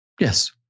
Yes